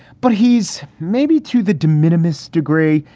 but he's maybe to the de minimis degree,